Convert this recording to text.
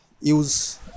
use